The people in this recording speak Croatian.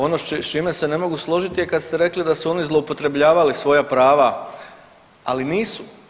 Ono s čime se ne mogu složiti je kad ste rekli da su oni zloupotrebljavali svoja prava, ali nisu.